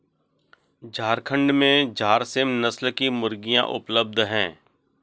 झारखण्ड में झारसीम नस्ल की मुर्गियाँ उपलब्ध है